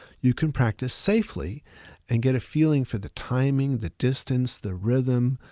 you can practice safely and get a feeling for the timing, the distance, the rhythm,